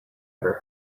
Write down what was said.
ever